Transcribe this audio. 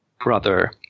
brother